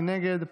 מי נגד?